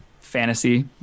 fantasy